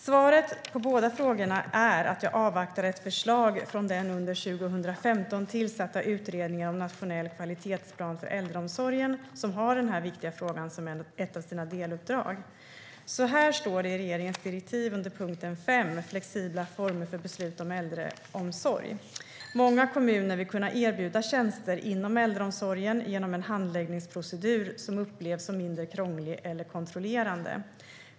Svaret på båda frågorna är att jag avvaktar ett förslag från den under 2015 tillsatta utredningen om nationell kvalitetsplan för äldreomsorgen , som har denna viktiga fråga som ett av sina deluppdrag. Så här står det i regeringens direktiv under punkten 5, Flexibla former för beslut om äldreomsorg: "Många kommuner vill kunna erbjuda tjänster inom äldreomsorg genom en handläggningsprocedur som upplevs som mindre krånglig eller kontrollerande.